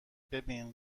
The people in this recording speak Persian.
ببین